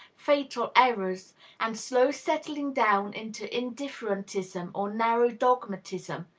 fatal errors and slow settling down into indifferentism or narrow dogmatism,